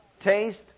taste